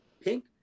pink